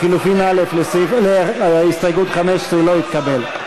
לחלופין א', סעיף (15), לא התקבל.